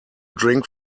drink